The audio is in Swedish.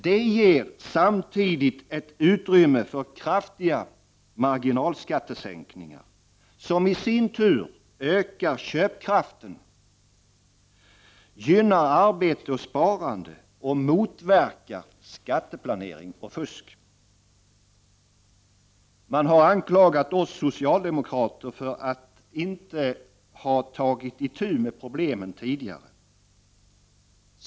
Detta ger samtidigt ett utrymme för kraftiga marginalskattesänkningar, som i sin tur ökar köpkraften, gynnar arbete och sparande samt motverkar skatteplanering och fusk. Man har anklagat oss socialdemokrater för att inte ha tagit itu med problemen tidigare.